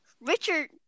Richard